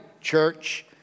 church